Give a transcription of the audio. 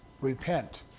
Repent